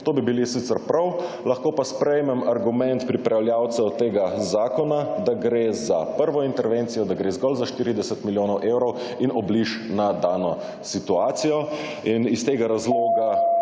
To bi bilo sicer prav. Lahko pa sprejmem argument pripravljavcev tega zakona, da gre za prvo intervencijo, da gre zgolj za 40 milijonov evrov in obliž na dano situacijo in iz tega razloga